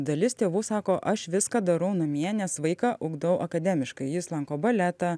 dalis tėvų sako aš viską darau namie nes vaiką ugdau akademiškai jis lanko baletą